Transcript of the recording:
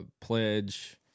pledge